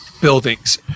buildings